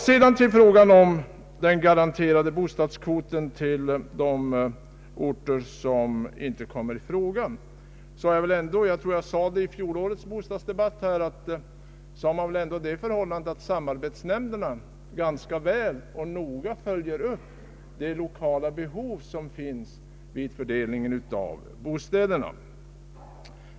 Beträffande den garanterade bostadskvoten till de orter som inte kommer i fråga sade jag i fjolårets bostadsdebatt att samarbetsnämnderna ganska väl och noga följer upp de lokala behov som finns vid fördelningen av bostäder.